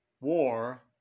War